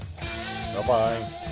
Bye-bye